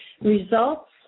Results